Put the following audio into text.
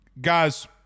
Guys